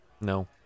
No